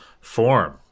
form